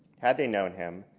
had they known him,